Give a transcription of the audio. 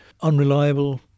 unreliable